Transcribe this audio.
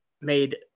made